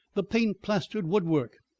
the paint-plastered woodwork,